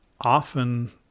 Often